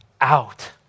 out